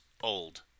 old